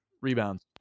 rebounds